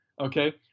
Okay